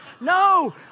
No